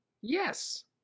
yes